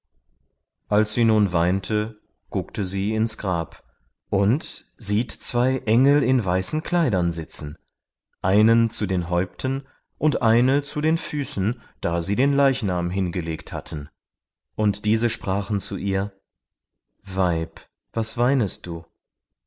als sie nun weinte guckte sie ins grab und sieht zwei engel in weißen kleidern sitzen einen zu den häupten und eine zu den füßen da sie den leichnam hin gelegt hatten und diese sprachen zu ihr weib was weinest du